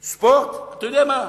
ספורט, אתה יודע מה?